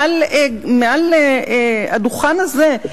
מהדוכן הזה,